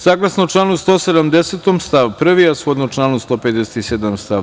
Saglasno članu 170. stav 1, a shodno članu 157. stav.